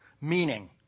Meaning